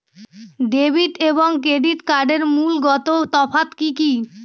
Debit এবং credit কার্ডের মূলগত তফাত কি কী?